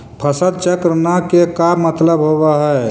फसल चक्र न के का मतलब होब है?